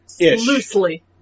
loosely